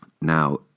Now